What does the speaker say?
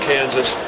Kansas